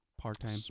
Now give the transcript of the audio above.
Part-time